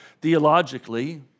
theologically